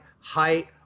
height